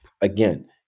Again